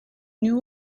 new